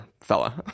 fella